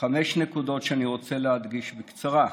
חמש נקודות שאני רוצה להדגיש בקצרה: